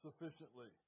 sufficiently